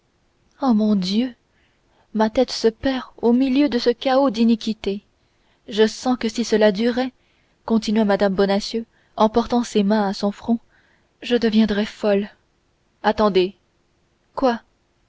oh mon dieu ma tête se perd au milieu de ce chaos d'iniquités je sens que si cela durait continua mme bonacieux en portant ses mains à son front je deviendrais folle attendez quoi